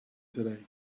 today